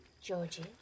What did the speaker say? Georgie